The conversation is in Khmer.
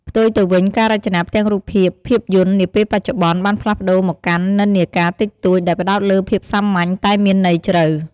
ផ្ទុយទៅវិញ ការរចនាផ្ទាំងរូបភាពភាពយន្តនាពេលបច្ចុប្បន្នបានផ្លាស់ប្ដូរមកកាន់និន្នាការតិចតួច ដែលផ្ដោតលើភាពសាមញ្ញ តែមានន័យជ្រៅ។